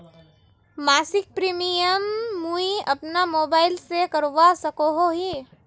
मासिक प्रीमियम मुई अपना मोबाईल से करवा सकोहो ही?